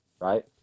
right